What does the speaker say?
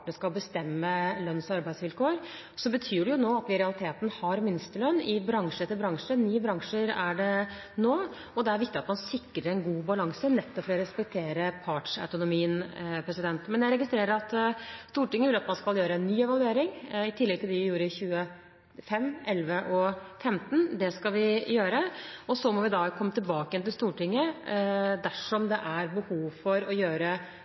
nå at vi i realiteten har minstelønn i bransje etter bransje – ni bransjer er det nå. Det er viktig at man sikrer en god balanse, nettopp for å respektere partsautonomien. Men jeg registrerer at Stortinget vil at man skal gjøre en ny evaluering, i tillegg til dem vi gjorde i 2005, i 2011 og i 2015. Det skal vi gjøre. Så må vi komme tilbake til Stortinget dersom det er behov for å gjøre